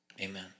amen